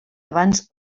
abans